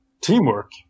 teamwork